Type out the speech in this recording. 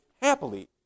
happily